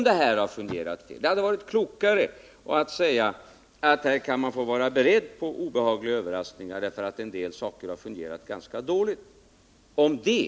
Det hade varit klokare av honom att säga att här får man vara beredd på obehagliga överraskningar, därför att en del saker har fungerat ganska dåligt.